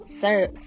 sir